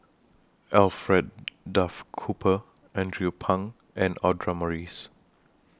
Alfred Duff Cooper Andrew Phang and Audra Morrice